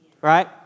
right